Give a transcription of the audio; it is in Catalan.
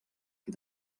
que